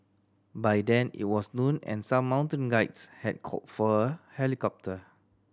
by then it was noon and some mountain guides had called for a helicopter